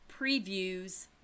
previews